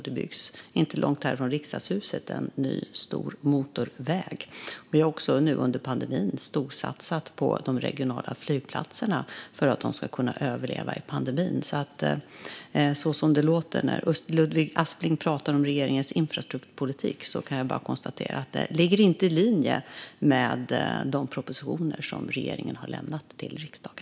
Det byggs inte långt från riksdagshuset en ny, stor motorväg. Vi har också under pandemin storsatsat på de regionala flygplatserna för att de ska kunna överleva pandemin. Jag kan bara konstatera att så som det låter när Ludvig Aspling pratar om regeringens infrastrukturpolitik, det ligger inte i linje med de propositioner som regeringen har lämnat till riksdagen.